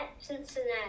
Cincinnati